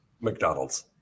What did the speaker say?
McDonald's